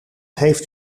heeft